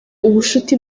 ubushuti